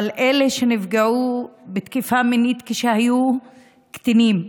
אבל אלה שנפגעו בתקיפה מינית כשהיו קטינים,